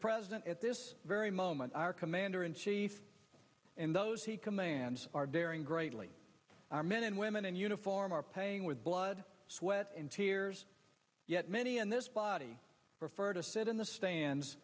president at this very moment our commander in chief and those he commands are varying greatly our men and women in uniform are paying with blood sweat and tears yet many in this body prefer to sit in the stands